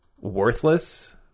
Worthless